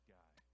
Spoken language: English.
guy